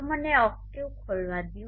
તો મને ઓક્ટેવ ખોલવા દો